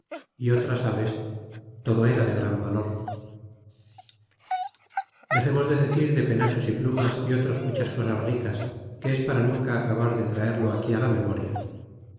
é otras aves todo er j de gran valor dexemos de decir de penachos y plumas y otras muchas cosas ricas que es para nunca acabar de traerlo aquí la memoria